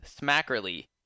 Smackerly